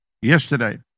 yesterday